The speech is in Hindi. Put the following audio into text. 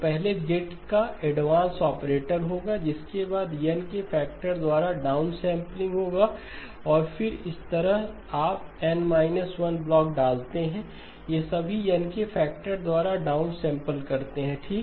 तो पहले Z का एडवांस ऑपरेटर होगा जिसके बाद N के फैक्टर द्वारा डाउनसेंपलिंग होगा और इस तरह आप N 1 ब्लॉक डालते हैं ये सभी N के फैक्टर द्वारा डाउनसेंपल करते हैं ठीक